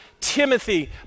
Timothy